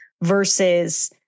versus